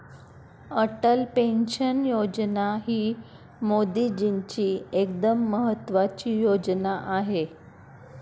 Atal pension योजना ही मोदीजींची एकदम महत्त्वाची योजना आहे